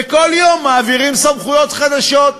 וכל יום מעבירים סמכויות חדשות.